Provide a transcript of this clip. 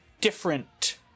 different